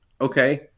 okay